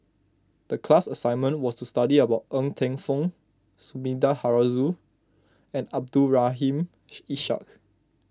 the class assignment was to study about Ng Teng Fong Sumida Haruzo and Abdul Rahim Ish Ishak